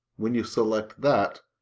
when you select that,